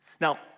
Now